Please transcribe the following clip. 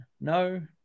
No